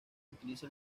utiliza